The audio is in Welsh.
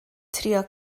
trio